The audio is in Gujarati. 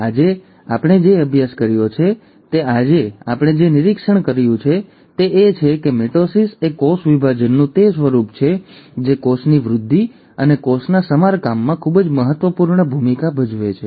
તેથી આજે આપણે જે અભ્યાસ કર્યો છે તે આજે આપણે જે નિરીક્ષણ કર્યું છે તે એ છે કે મિટોસિસ એ કોષ વિભાજનનું તે સ્વરૂપ છે જે કોષની વૃદ્ધિ અને કોષના સમારકામમાં ખૂબ જ મહત્વપૂર્ણ ભૂમિકા ભજવે છે